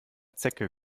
zecke